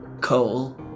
Cole